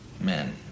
men